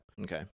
Okay